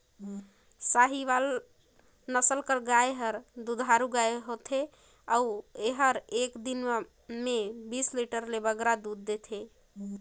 साहीवाल नसल कर गाय हर दुधारू गाय होथे अउ एहर एक दिन में बीस लीटर ले बगरा दूद देथे